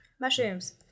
mushrooms